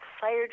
fired